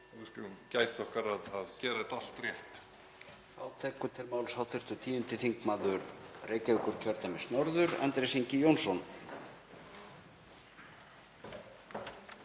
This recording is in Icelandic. gæta okkar að gera þetta allt rétt.